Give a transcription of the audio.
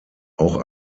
auch